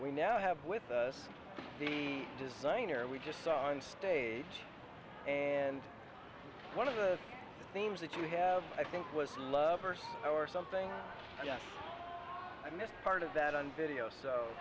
we now have with us the designer we just saw on stage and one of the themes that you have i think was love first or something yes i missed part of that on video so